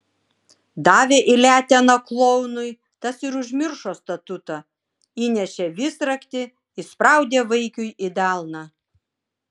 davė į leteną klounui tas ir užmiršo statutą įnešė visraktį įspraudė vaikiui į delną